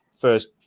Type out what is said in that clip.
first